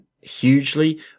hugely